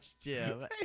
Jim